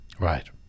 Right